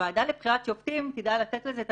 הוועדה לבחירת שופטים תדע לתת לזה את